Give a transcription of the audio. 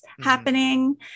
happening